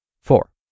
Four